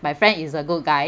my friend is a good guy ya